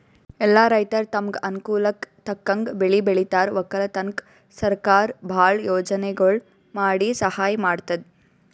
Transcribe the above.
ಎಲ್ಲಾ ರೈತರ್ ತಮ್ಗ್ ಅನುಕೂಲಕ್ಕ್ ತಕ್ಕಂಗ್ ಬೆಳಿ ಬೆಳಿತಾರ್ ವಕ್ಕಲತನ್ಕ್ ಸರಕಾರ್ ಭಾಳ್ ಯೋಜನೆಗೊಳ್ ಮಾಡಿ ಸಹಾಯ್ ಮಾಡ್ತದ್